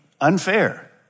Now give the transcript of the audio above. unfair